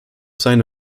seine